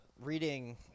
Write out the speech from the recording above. Reading